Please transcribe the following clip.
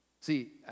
See